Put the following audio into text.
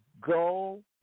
go